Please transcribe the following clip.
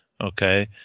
okay